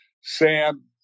Sam